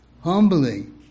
humbly